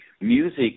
music